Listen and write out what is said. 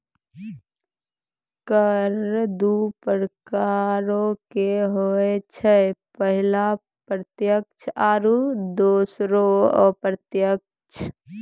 कर दु प्रकारो के होय छै, पहिला प्रत्यक्ष आरु दोसरो अप्रत्यक्ष